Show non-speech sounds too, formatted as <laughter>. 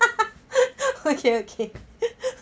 <laughs> okay okay